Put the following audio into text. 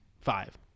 Five